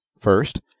first